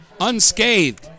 unscathed